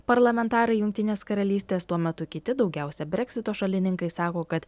parlamentarai jungtinės karalystės tuo metu kiti daugiausia breksito šalininkai sako kad